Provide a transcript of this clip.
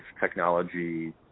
technology